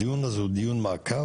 הדיון הזה הוא דיון מעקב.